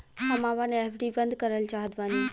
हम आपन एफ.डी बंद करल चाहत बानी